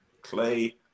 Clay